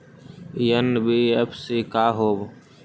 NBFC का होब?